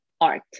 art